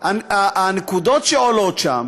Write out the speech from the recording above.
הנקודות שעולות שם